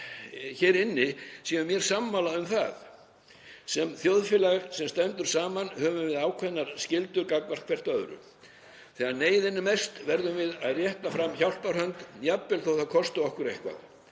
hér inni séu mér sammála um það. Sem þjóðfélag sem stendur saman höfum við ákveðnar skyldur gagnvart hvert öðru. Þegar neyðin er mest verðum við að rétta fram hjálparhönd, jafnvel þó að það kosti okkur eitthvað.